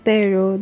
Pero